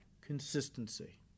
Consistency